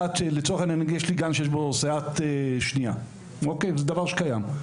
לצורך העניין יש לי גן שיש בו סייעת שנייה וזה דבר שקיים.